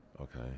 Okay